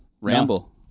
Ramble